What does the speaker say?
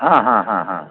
হ্যাঁ হ্যাঁ হ্যাঁ হ্যাঁ